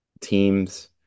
teams